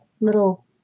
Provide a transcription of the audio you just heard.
little